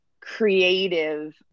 creative